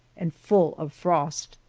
and full of frost.